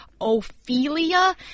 Ophelia